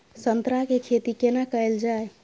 संतरा के खेती केना कैल जाय?